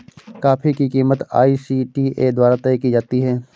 coffee की कीमत ICTA द्वारा तय की जाती है